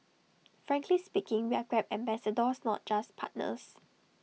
frankly speaking we are grab ambassadors not just partners